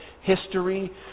history